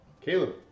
Caleb